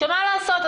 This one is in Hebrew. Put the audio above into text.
מה לעשות,